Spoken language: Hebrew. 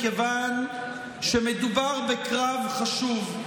מכיוון שמדובר בקרב חשוב.